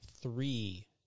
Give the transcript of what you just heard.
three